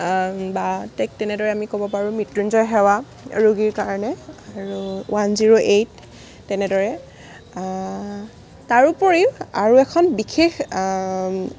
বা ঠিক তেনেদৰে আমি ক'ব পাৰোঁ মৃত্যুঞ্জয় সেৱা ৰোগীৰ কাৰণে আৰু ওৱান জিৰ' এইট তেনেদৰে তাৰোপৰি আৰু এখন বিশেষ